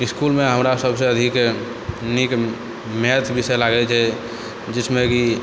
इसकुलमे हमरा सभसँ अधिक नीक मैथ विषय लागै छै जिसमे कि